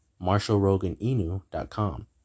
marshallroganinu.com